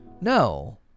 No